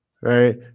right